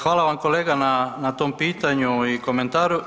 Hvala vam kolega na tom pitanju i komentaru.